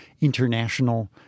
international